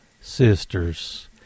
Sisters